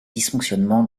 dysfonctionnements